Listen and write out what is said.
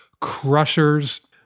crushers